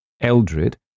Eldred